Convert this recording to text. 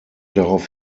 darauf